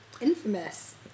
infamous